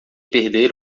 perder